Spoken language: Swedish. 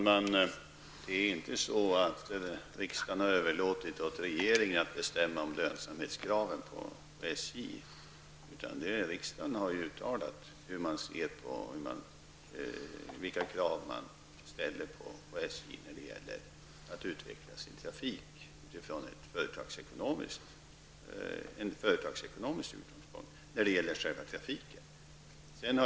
Herr talman! Riksdagen har inte överlåtit åt regeringen att bestämma SJs lönsamhetskrav. Riksdagen har uttalat vilka krav som man ställer på SJ när det gäller att utveckla sin trafik utifrån en företagsekonomisk utgångspunkt när det gäller själva trafiken.